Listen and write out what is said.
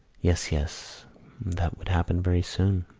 yes, yes that would happen very soon.